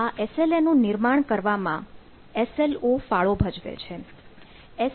આ એસ